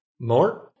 More